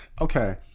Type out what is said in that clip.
okay